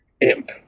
Imp